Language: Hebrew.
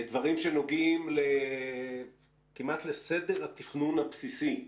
דברים שנוגעים כמעט לסדר התכנון הבסיסי.